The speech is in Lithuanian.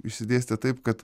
išsidėstė taip kad